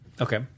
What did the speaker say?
Okay